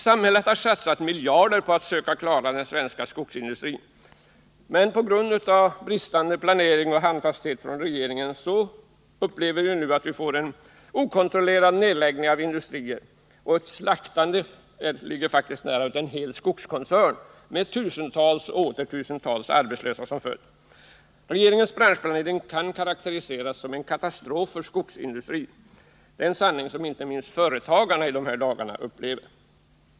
Samhället har satsat miljarder på att söka klara den svenska skogsindustrin. Men på grund av undermålig planering och bristande handfasthet hos regeringen upplever vi nu en okontrollerad nedläggning av industrier och ett slaktande — det ordet ligger faktiskt nära till hands — av en hel skogskoncern med tusentals och åter tusentals arbetslösa som följd. Regeringens branschplanering kan karakteriseras som en katastrof för skogsindustrin. Det är en sanning som inte minst företagarna i dessa dagar vitsordar.